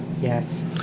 Yes